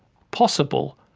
possible,